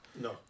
No